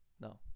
No